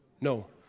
No